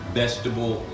vegetable